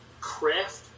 craft